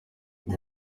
uyu